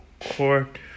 Court